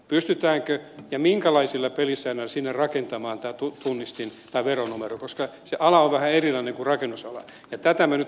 pystytäänkö ja minkälaisilla pelisäännöillä sinne rakentamaan tämä tunnistin tai veronumero koska se ala on vähän erilainen kuin rakennusala ja tätä me nyt valmistelemme